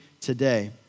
today